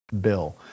bill